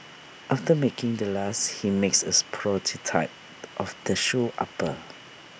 after making the last he makes as prototype of the shoe upper